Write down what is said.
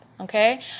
Okay